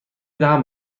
دهم